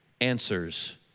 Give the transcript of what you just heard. answers